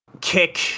kick